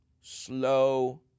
slow